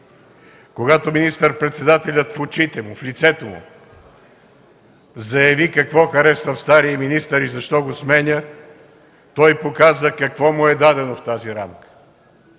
Когато министър-председателят в очите му, в лицето му заяви какво харесва в стария министър и защо го сменя, той показа какво му е дадено в тази рамка.